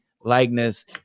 likeness